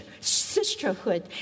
sisterhood